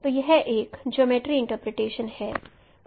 तो यह एक जियोमर्ट्री इंटरप्रटेशन है